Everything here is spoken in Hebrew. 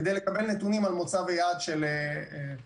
כדי לקבל נתונים על מוצב ויעד של משאיות,